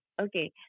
Okay